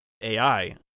AI